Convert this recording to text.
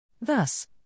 Thus